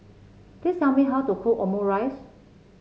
please tell me how to cook Omurice